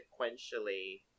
sequentially